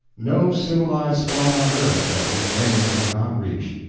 no civilized spot on earth that his name had not reached.